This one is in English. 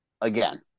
again